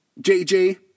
JJ